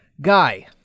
Guy